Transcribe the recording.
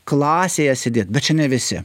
klasėje sėdėt bet čia ne visi